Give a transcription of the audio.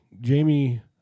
Jamie